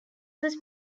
was